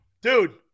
Dude